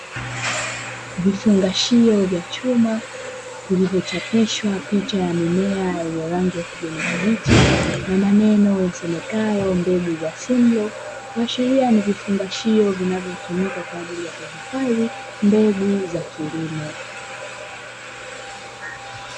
Vifungashio vya chuma vilivyochapishwa picha ya mimea yenye rangi ya kijani kibichi na maneno yasemekayo "mbegu za Simlaw", kuashiria ni vifungashio vinavyotumika kwa ajili ya kuhifadhi mbegu za kilimo.